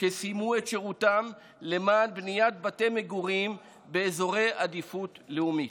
שסיימו את שירותם למען בניית בתי מגורים באזורי עדיפות לאומית.